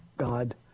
God